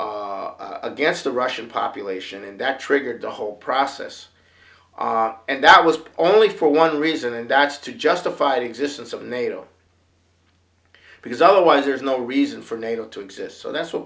declared against the russian population and that triggered the whole process and that was only for one reason and that's to justify the existence of nato because otherwise there's no reason for nato to exist so that's what